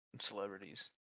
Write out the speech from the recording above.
celebrities